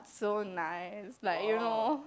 so nice like you know